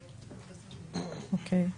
אוקיי.